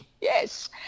yes